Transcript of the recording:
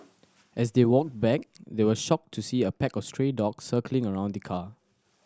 as they walked back they were shocked to see a pack of stray dogs circling around the car